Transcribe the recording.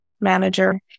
manager